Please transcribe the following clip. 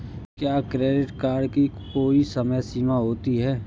क्या credit card की कोई समय सीमा होती है?